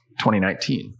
2019